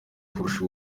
kurusha